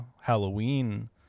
Halloween